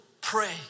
pray